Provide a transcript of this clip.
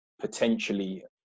potentially